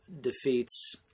defeats